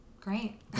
great